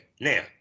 now